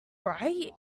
right